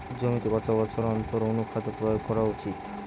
জমিতে কত বছর অন্তর অনুখাদ্য প্রয়োগ করা উচিৎ?